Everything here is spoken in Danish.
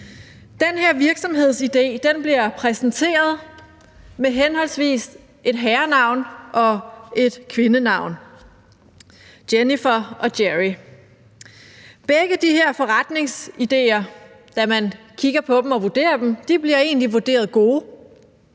Den her virksomhedsidé bliver præsenteret med henholdsvis et herrenavn og et kvindenavn: John og Jennifer . Begge de her forretningsideer, da man kigger på dem og vurderer dem, bliver egentlig vurderet gode,